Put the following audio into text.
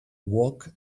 walk